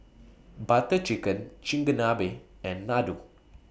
Butter Chicken Chigenabe and Ladoo